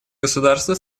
государства